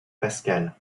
pascal